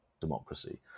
democracy